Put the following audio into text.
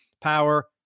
Power